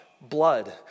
blood